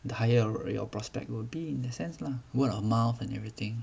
the higher array of prospect will be in a sense lah word of mouth and everything